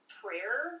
prayer